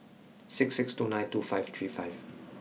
six six two nine two five three five